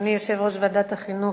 אדוני יושב-ראש ועדת החינוך,